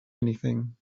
anything